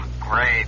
great